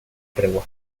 tregua